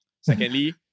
Secondly